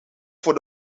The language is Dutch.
voor